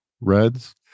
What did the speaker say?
reds